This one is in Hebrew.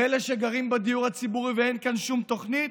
לאלה שגרים בדיור הציבורי ואין כאן שום תוכנית?